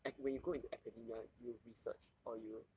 ac~ when you go into academia you research or you